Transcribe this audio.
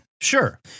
Sure